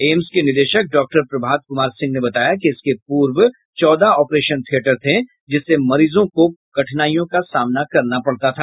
AIIMS के निदेशक doctor Prabhat Kumar Singh ने बताया कि इसके पूर्व चौदह ऑपरेशन थियेटर थे जिससे मरीजों को कुछ कठिनाईयों का सामना करना पड़ता था